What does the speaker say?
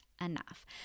enough